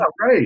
Right